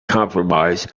compromise